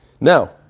Now